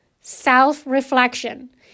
self-reflection